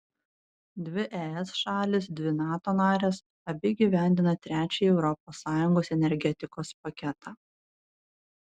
dvi es šalys dvi nato narės abi įgyvendina trečiąjį europos sąjungos energetikos paketą